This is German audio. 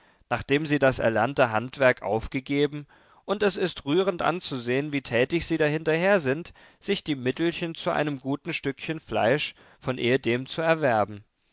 nachdem sie das erlernte handwerk aufgegeben und es ist rührend anzusehen wie tätig sie dahinter her sind sich die mittelchen zu einem guten stückchen fleisch von ehedem zu erwerben